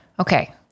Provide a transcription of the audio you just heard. Okay